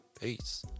Peace